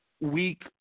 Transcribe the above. weak